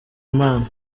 imana